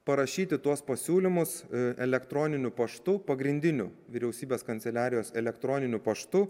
parašyti tuos pasiūlymus elektroniniu paštu pagrindiniu vyriausybės kanceliarijos elektroniniu paštu